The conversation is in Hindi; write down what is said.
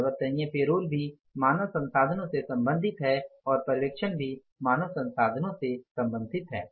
परिवर्तनीय पेरोल भी मानव संसाधनों से संबंधित है और पर्यवेक्षण भी मानव संसाधनों से संबंधित है